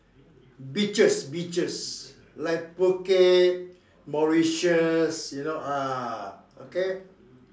beaches beaches like Phuket Mauritius you know ah okay